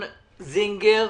בבקשה.